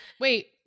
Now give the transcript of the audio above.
wait